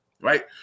right